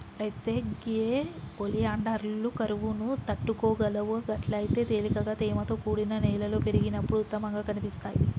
అయితే గే ఒలియాండర్లు కరువును తట్టుకోగలవు గట్లయితే తేలికగా తేమతో కూడిన నేలలో పెరిగినప్పుడు ఉత్తమంగా కనిపిస్తాయి